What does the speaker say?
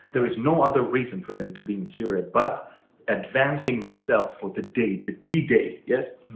there is no other reason for them to be in syria, but advancing himself for the day, the d day. yes?